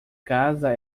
casa